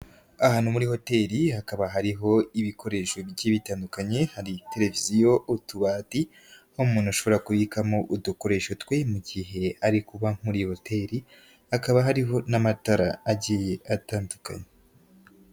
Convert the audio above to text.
Ahantu muri hoteli, hakaba hariho ibikoresho bigiye bitandukanye, hari televiziyo, utubati, umuntu ashobora kubikamo udukoresho twe mu gihe ari kuba muri iyi hoteli, hakaba hariho n'amatara agiye atandukanye.